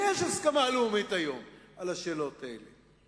יש היום הסכמה לאומית על השאלות האלה.